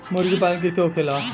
मुर्गी पालन कैसे होखेला?